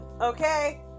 okay